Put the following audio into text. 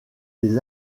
des